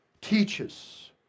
teaches